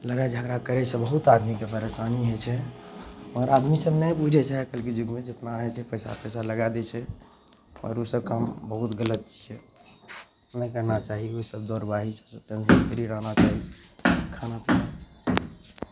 लड़ाइ झगड़ा करयसँ बहुत आदमीके परेशानी हइ छै आओर आदमी सभ नहि बुझय छै आइ काल्हिके युगमे जेतना होइ छै पैसा तैसा लगाय दै छै पर उ सभ काम बहुत गलत छियै नहि करना चाही उ सभ दौड़ बाही सभसँ टेंसन फ्री रहना चाही खाना पीना